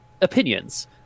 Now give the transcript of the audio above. opinions